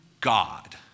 God